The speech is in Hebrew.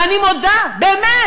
ואני מודה באמת,